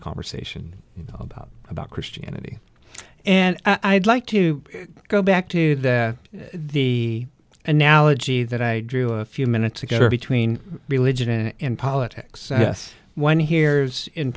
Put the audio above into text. conversation about about christianity and i'd like to go back to that the analogy that i drew a few minutes ago between religion and politics yes one hears in